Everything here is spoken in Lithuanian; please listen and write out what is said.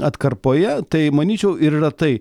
atkarpoje tai manyčiau ir yra tai